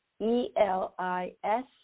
E-L-I-S